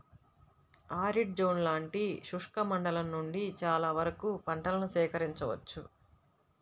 arid zone లాంటి శుష్క మండలం నుండి చాలా వరకు పంటలను సేకరించవచ్చు